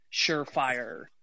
surefire